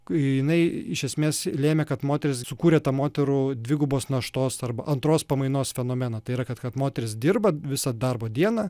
jinai iš esmės lėmė kad moterys sukūrė tą moterų dvigubos naštos arba antros pamainos fenomeną tai yra kad kad moteris dirba visą darbo dieną